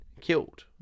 killed